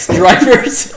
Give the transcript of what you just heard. drivers